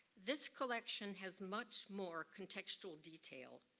this collection has much more contextual detail,